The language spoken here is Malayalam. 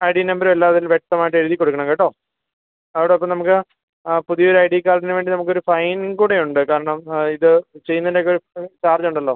ഐ ഡി നമ്പരുവെല്ലാം അതിൽ വ്യക്തമായിട്ടെഴുതി കൊടുക്കണം കേട്ടോ അതോടൊപ്പം നമുക്ക് ആ പുതിയൊരൈഡി കാർഡിന് വേണ്ടി നമുക്കൊരു ഫൈൻ കൂടെയുണ്ട് കാരണം ആ ഇത് ചെയ്യുന്നതിൻറ്റൊക്കെ ഒരു ചാർജുണ്ടല്ലോ